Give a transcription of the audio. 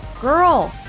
girl